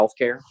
healthcare